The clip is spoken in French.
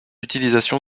utilisation